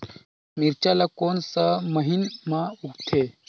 मिरचा ला कोन सा महीन मां उगथे?